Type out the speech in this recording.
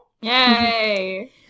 yay